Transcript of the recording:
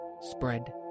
spread